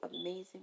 amazing